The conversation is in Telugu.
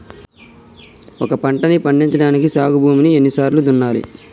ఒక పంటని పండించడానికి సాగు భూమిని ఎన్ని సార్లు దున్నాలి?